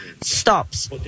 stops